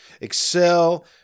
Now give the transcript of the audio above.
excel